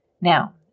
Now